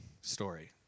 story